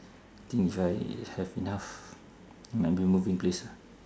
think if I have enough I might be moving place